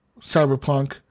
Cyberpunk